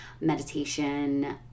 meditation